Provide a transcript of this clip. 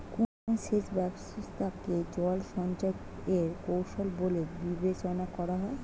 কোন সেচ ব্যবস্থা কে জল সঞ্চয় এর কৌশল বলে বিবেচনা করা হয়?